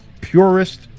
purist